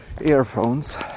earphones